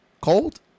cold